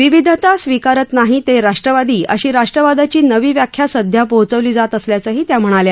विविधता स्वीकारत नाहीत ते राष्ट्रवादी अशी राष्ट्रवादाची नवी व्याख्या सध्या पोहोचवली जात असल्याचंही त्या म्हणाल्या